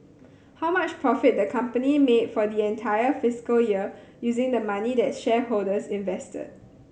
how much profit the company made for the entire fiscal year using the money that shareholders invested